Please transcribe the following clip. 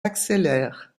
accélère